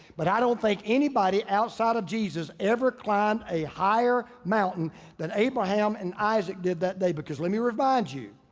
but i don't think anybody outside of jesus ever climbed a higher mountain than abraham and isaac did that day. because let me remind you,